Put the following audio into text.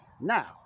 Now